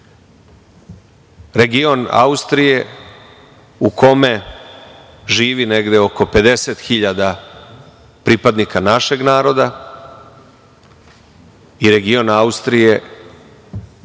region Austrije u kome živi negde oko 50.000 hiljada pripadnika našeg naroda i region Austrije